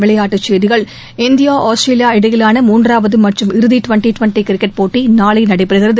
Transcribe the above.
விளையாட்டுச் செய்திகள் India Australia இடையிலான மூன்றாவது மற்றும் இறுதி டுவென்டி டுவென்டி கிரிக்கெட் போட்டி நாளை நடைபெறுகிறது